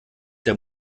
der